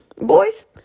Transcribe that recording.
boys